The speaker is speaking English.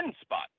spot